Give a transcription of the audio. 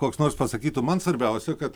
koks nors pasakytų man svarbiausia kad